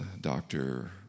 doctor